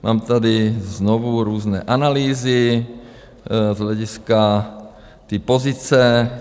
Mám tady znovu různé analýzy z hlediska té pozice.